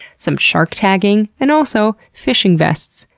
some shark tagging, and also, fishing vests.